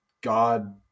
God